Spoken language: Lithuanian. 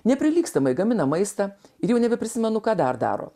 neprilygstamai gamina maistą ir jau nebeprisimenu ką dar daro